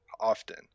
often